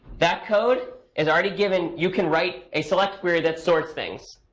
that code is already given. you can write a select query that sorts things.